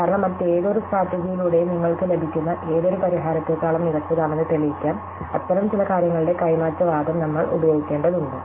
കാരണം മറ്റേതൊരു സ്ട്രാറ്റെജിയിലൂടെയും നിങ്ങൾക്ക് ലഭിക്കുന്ന ഏതൊരു പരിഹാരത്തേക്കാളും മികച്ചതാണെന്ന് തെളിയിക്കാൻ അത്തരം ചില കാര്യങ്ങളുടെ കൈമാറ്റ വാദം നമ്മൾ ഉപയോഗിക്കേണ്ടതുണ്ട്